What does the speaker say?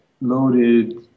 loaded